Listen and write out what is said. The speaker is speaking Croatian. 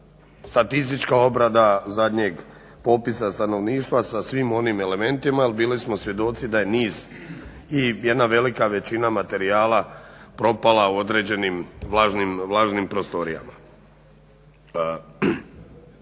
statistička obrada zadnjeg popisa stanovništva sa svim onim elementima jer bili smo svjedoci da je niz i jedna velika većina materijala propala u određenim vlažnim prostorijama.